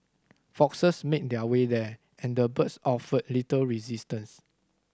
foxes made their way there and the birds offered little resistance